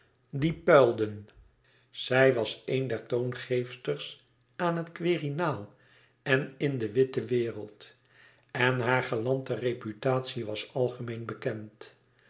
die puilden zij was een der toongeefsters aan het quirinaal en in de witte wereld en haar galante reputatie was algemeen bekend